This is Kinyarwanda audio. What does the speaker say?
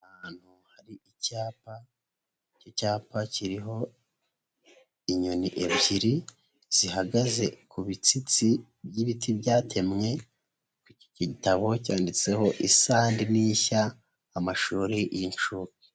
Ahantu hari icyapa, icyo cyapa kiriho inyoni ebyiri zihagaze ku bitsitsi by'ibiti byatemwe ku gitabo cyanditseho isandi n'ishya, amashuri y'inshuke.